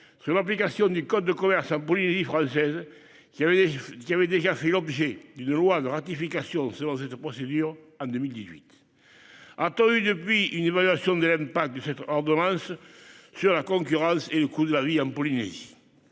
sur l'application du code de commerce en Polynésie française, qui avait déjà fait l'objet d'une loi de ratification adoptée selon cette procédure en 2018. A-t-on eu depuis une évaluation de l'impact de cette ordonnance sur la concurrence et le coût de la vie en Polynésie ?